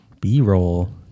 b-roll